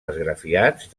esgrafiats